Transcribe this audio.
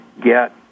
get